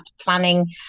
planning